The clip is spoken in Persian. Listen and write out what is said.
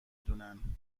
دونن